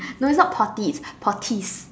no it's not Potits Poltese